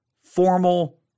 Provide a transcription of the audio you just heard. formal